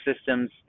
systems